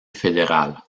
fédéral